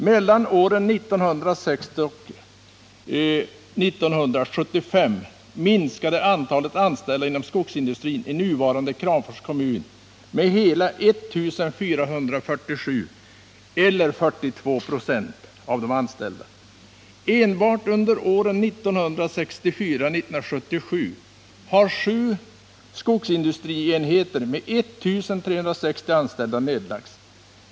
Mellan åren 1960 och 1975 minskade antalet anställda inom skogsindustrin i nuvarande Kramfors kommun med hela 1 447 personer eller 42 926 av de anställda. Enbart under åren 1964-1977 har sju skogsindustrienheter med 1 360 anställda nedlagts.